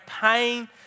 pain